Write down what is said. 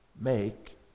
make